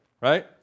right